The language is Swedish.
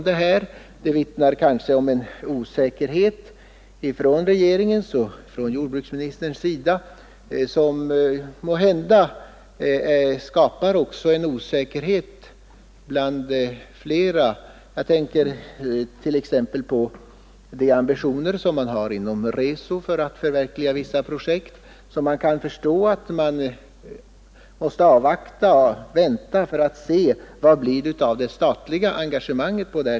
Det vittnar väl om en osäkerhet hos regeringen och jordbruksministern. Måhända skapas också osäkerhet hos andra — jag tänker t.ex. på de ambitioner man har inom Reso att förverkliga vissa projekt i Jämtland. Man avvaktar för att se vad det blir av det statliga engagemanget.